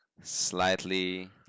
slightly